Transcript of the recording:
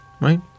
right